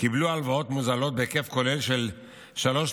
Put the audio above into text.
קיבלו הלוואות מוזלות בהיקף כולל של 3.6